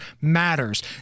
matters